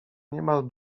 niemal